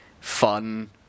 fun